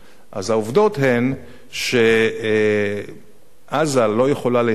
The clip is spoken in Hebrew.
אז העובדות הן שעזה לא יכולה להיחשב,